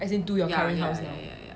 as into your current house